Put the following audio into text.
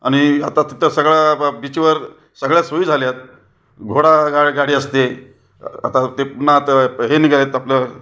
आणि आता तिथं सगळं बं बीचवर सगळ्या सोयी झाल्या आहेत घोडा गा गाडी असते आत्ता ते पुन्हा आता हे निघालेत आपलं